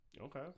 Okay